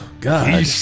God